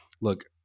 Look